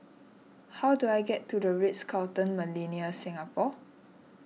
how do I get to the Ritz Carlton Millenia Singapore